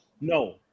No